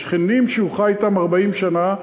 השכנים שהוא חי אתם 40 שנה,